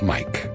Mike